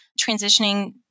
transitioning